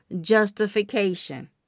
justification